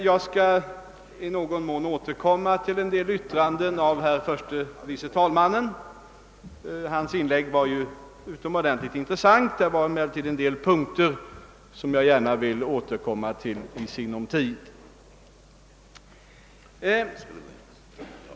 Jag skall återkomma till en del yttranden av herr förste vice talmannen. Hans inlägg var ju utomordentlig intressant, men där fanns en del punkter som jag gärna i sinom tid vill återkomma till.